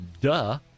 duh